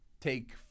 take